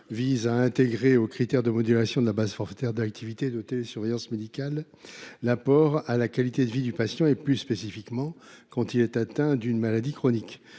vise à intégrer dans les critères de modulation de la base forfaitaire de l’activité de télésurveillance médicale l’apport à la qualité de vie du patient, plus spécifiquement quand celui ci est atteint d’une maladie chronique.